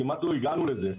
כמעט לא הגענו לזה,